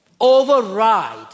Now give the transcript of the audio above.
override